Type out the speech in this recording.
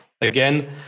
Again